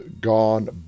gone